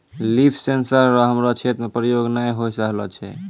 लिफ sensor रो हमरो क्षेत्र मे प्रयोग नै होए रहलो छै